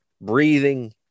breathing